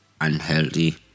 unhealthy